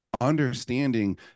understanding